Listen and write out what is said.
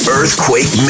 Earthquake